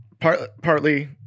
Partly